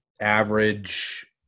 average